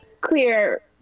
clear